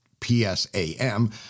PSAM